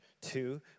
Two